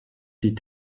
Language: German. die